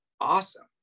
awesome